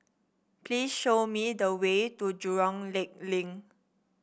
please show me the way to Jurong Lake Link